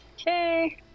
Okay